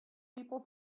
people